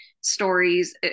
stories